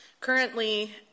Currently